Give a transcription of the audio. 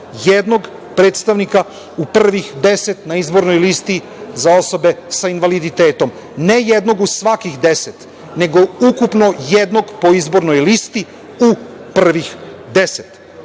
jednog predstavnika u prvih 10 na izbornoj listi za osobe sa invaliditetom. Ne jednog u svakih 10, nego ukupno jednog po izbornoj listi u prvih 10.U